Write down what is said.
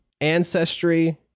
ancestry